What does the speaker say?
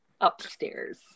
upstairs